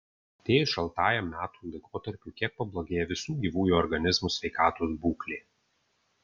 atėjus šaltajam metų laikotarpiui kiek pablogėja visų gyvųjų organizmų sveikatos būklė